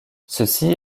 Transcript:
ceci